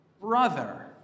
brother